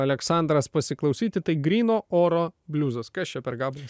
aleksandras pasiklausyti tai gryno oro bliuzas kas čia per gabalas